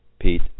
Pete